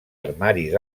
armaris